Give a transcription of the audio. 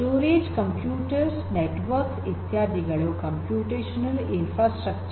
storage computers networks ಇತ್ಯಾದಿಗಳು computational infrastructure